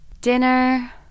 Dinner